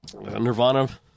Nirvana